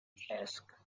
task